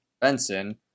Benson